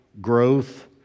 growth